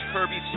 Kirby